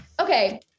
okay